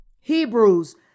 Hebrews